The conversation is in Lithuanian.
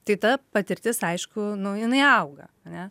tai ta patirtis aišku nu jinai auga ane